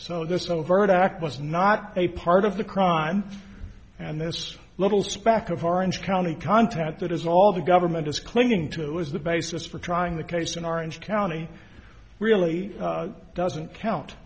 so this overt act was not a part of the crime and this little speck of orange county content that is all the government is clinging to is the basis for trying the case in orange county really doesn't count